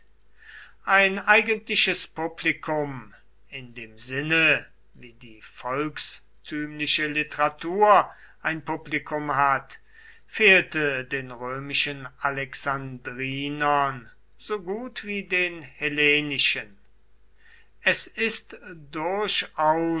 ein eigentliches publikum in dem sinne wie die volkstümliche literatur ein publikum hat fehlte den römischen alexandrinern so gut wie den hellenischen es ist durchaus